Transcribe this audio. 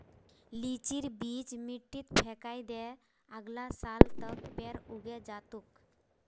लीचीर बीज मिट्टीत फेकइ दे, अगला साल तक पेड़ उगे जा तोक